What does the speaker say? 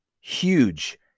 huge